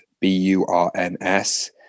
B-U-R-N-S